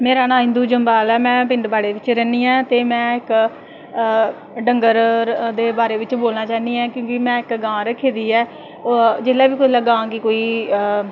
मेरा नांऽ इंदू जम्बाल ऐ में पिंड बाड़े बिच्च रैह्न्नी आं ते में इक डंगर दे बारे बिच्च बोलनां चाह्नी आं क्योंकि में इक गां रक्खी दी ऐ जिसलै बी कोई गां गी कोई